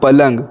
पलंग